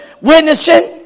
witnessing